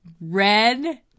red